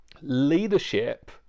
Leadership